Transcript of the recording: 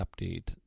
update